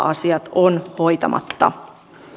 asiat ovat hoitamatta